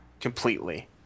Completely